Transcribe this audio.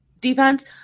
defense